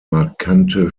markante